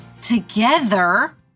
together